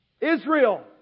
Israel